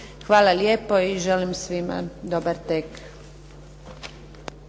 Hvala lijepo i želim svima dobar tek.